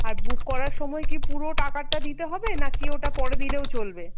আর book করার সময় কি পুরো টাকাটা দিতে হবে নাকি ওটা পরে দিলেও চলবে